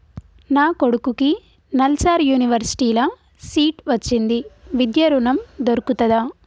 నా కొడుకుకి నల్సార్ యూనివర్సిటీ ల సీట్ వచ్చింది విద్య ఋణం దొర్కుతదా?